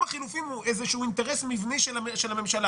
החילופים הוא אינטרס מבני של הממשלה